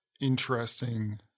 interesting